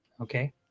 okay